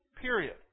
period